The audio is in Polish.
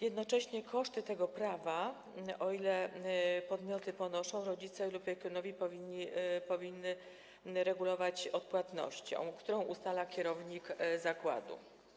Jednocześnie koszty tego prawa, o ile podmioty je ponoszą, rodzice lub opiekunowie powinni regulować odpłatnością, którą ustala kierownik zakładu.